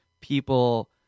people